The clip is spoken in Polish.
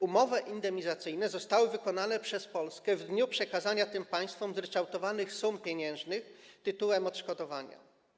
Umowy indemnizacyjne zostały wykonane przez Polskę w dniu przekazania tym państwom zryczałtowanych sum pieniężnych tytułem odszkodowania.